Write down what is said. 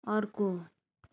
अर्को